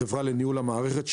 זאת חברה לניהול המערכת,